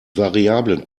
variablen